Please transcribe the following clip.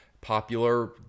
popular